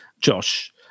Josh